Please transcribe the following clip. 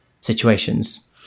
situations